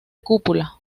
cúpula